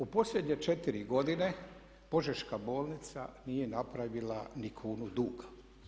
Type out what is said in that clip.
U posljednje 4 godine Požeška bolnica nije napravila ni kunu duga.